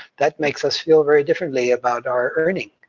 that makes us feel very differently about our earning,